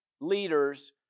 leaders